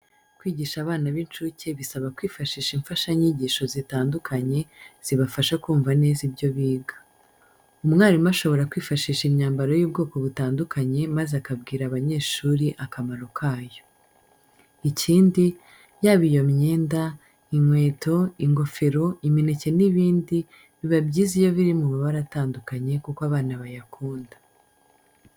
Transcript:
Kwigisha abana b'inshuke bisaba kwifashisha imfashanyigisho zitandukanye zibafasha kumva neza ibyo biga. Umwarimu ashobora kwifashisha imyambaro y'ubwoko butandukanye maze akabwira abanyeshuri akamaro kayo. Ikindi, yaba iyo myenda, inkweto, ingofero, imineke n'ibindi biba byiza iyo biri mu mabara atandukanye kuko abana bayakunda.